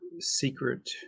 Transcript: secret